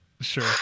Sure